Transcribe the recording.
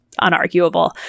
unarguable